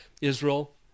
Israel